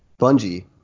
Bungie